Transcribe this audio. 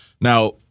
Now